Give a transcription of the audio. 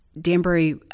Danbury